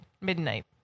Midnight